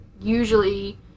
usually